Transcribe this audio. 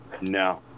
No